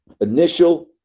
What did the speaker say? initial